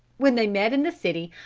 when they met in the city,